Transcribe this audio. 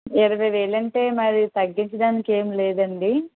ఇరవై వేలంటే మరీ తగ్గించడానికి ఏం లేదాండి